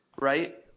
right